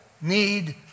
need